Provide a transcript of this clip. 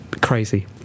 Crazy